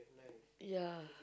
ya